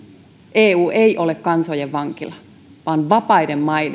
eu ei ole kansojen vankila vaan vapaiden maiden